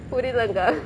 புரிலங்கே:purilengae